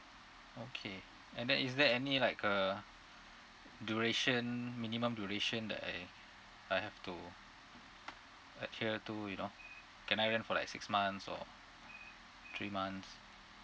okay and then is there any like uh duration minimum duration that I I have to adhere to you know can I rent for like six months or three month